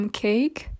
cake